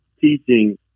teaching